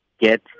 get